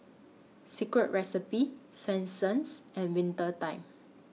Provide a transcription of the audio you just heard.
Secret Recipe Swensens and Winter Time